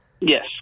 Yes